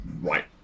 right